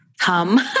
hum